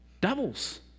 devils